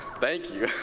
thank you.